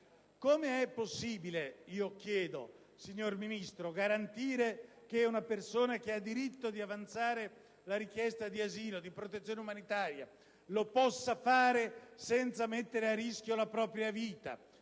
come è possibile garantire che una persona che ha diritto di avanzare la richiesta di asilo e di protezione umanitaria possa farlo senza mettere a rischio la propria vita,